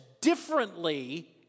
differently